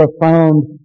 profound